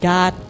God